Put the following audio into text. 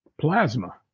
plasma